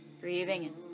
Breathing